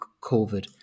COVID